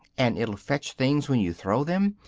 and it'll fetch things when you throw them,